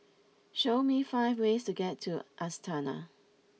show me five ways to get to Astana